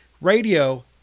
radio